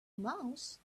mouse